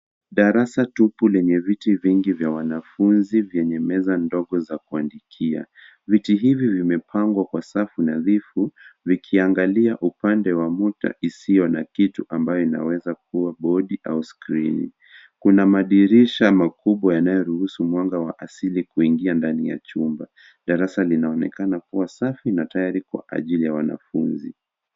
Darasa tupu lenye viti vingi vya wanafunzi lenye meza ya kuandikia. Viti hivi vimepandwa kwa safu nadhifu vikiangalia upande wa muta isiyo na kitu ambayo inaweza kuwa bodi au skrini. Kuna madirisha makubwa yanayoruhusu mwanga wa asili kuingia ndani ya chumba. Darasa linaonekana kuwa safi na tayari kwa ajili ya wanafunzi.